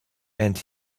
and